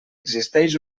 existeix